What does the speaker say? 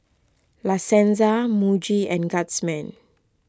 La Senza Muji and Guardsman